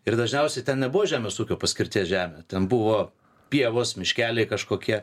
ir dažniausiai ten nebuvo žemės ūkio paskirties žemė ten buvo pievos miškeliai kažkokie